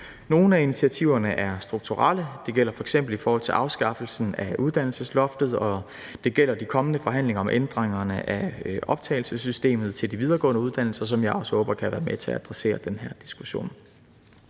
Nogle af initiativerne er strukturelle – det gælder f.eks. i forhold til afskaffelsen af uddannelsesloftet, og det gælder de kommende forhandlinger om ændringerne af optagelsessystemet til de videregående uddannelser, som jeg også håber kan være med til at adressere den her diskussion.